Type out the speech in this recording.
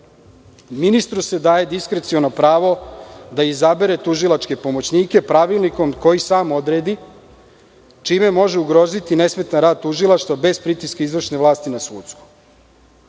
pritiske. Ministru se daje diskreciono pravo da izabere tužilačke pomoćnike pravilnikom koji sam odredi, čime može ugroziti nesmetan rad tužilaštva bez pritiska izvršne vlasti na sudsku.